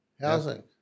Housing